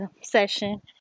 session